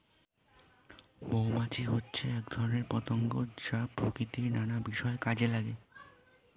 মৌমাছি হচ্ছে এক ধরনের পতঙ্গ যা প্রকৃতির নানা বিষয়ে কাজে লাগে